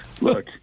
look